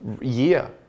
year